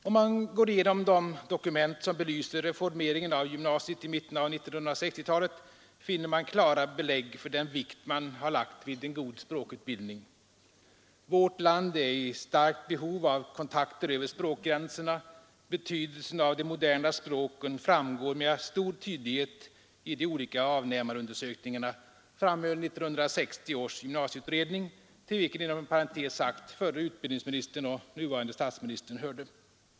Om man går igenom de dokument som belyser reformeringen av gymnasiet i mitten av 1960-talet finner man klara belägg för den vikt som lagts vid en god språkutbildning. ”Vårt land är i starkt behov av kontakter över språkgränserna. Betydelsen av de moderna språken framgår med stor tydlighet i de olika avnämarundersökningarna”, framhöll 1960 års gymnasieutredning, till vilken inom parentes sagt förre utbildningsministern och nuvarande statsministern hörde.